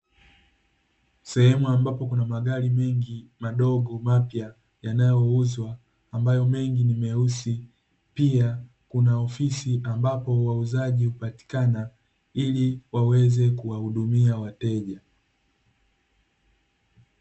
Sehemu ambapo kuna magari mengi madogo mapya yanayouzwa ambayo mengi ni meusi, pia kuna ofisi ambapo wauzaji hupatikana ili waweze kuwahudumia wateja.